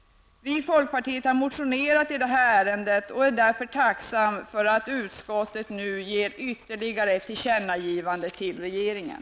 Vi i folkpartiet har motionerat i det här ärendet och är därför tacksamma för att utskottet nu vill att riksdagen skall göra ytterligare ett tillkännagivande till regeringen.